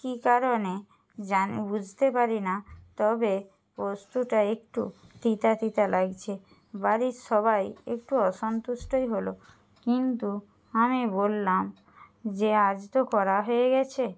কী কারণে জানি বুঝতে পারি না তবে পোস্তটা একটু তিতা তিতা লাগছে বাড়ির সবাই একটু অসন্তুষ্টই হলো কিন্তু আমি বললাম যে আজ তো করা হয়ে গেছে